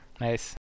Nice